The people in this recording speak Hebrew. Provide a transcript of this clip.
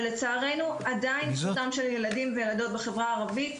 ולצערנו עדיין זכותם של ילדים וילדות בחברה הערבית,